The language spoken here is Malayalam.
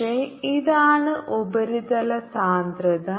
പക്ഷേ ഇതാണ് ഉപരിതല സാന്ദ്രത